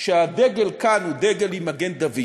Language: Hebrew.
שהדגל כאן הוא דגל עם מגן-דוד